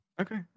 Okay